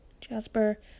Jasper